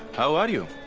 how are you?